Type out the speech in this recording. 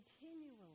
continually